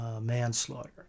manslaughter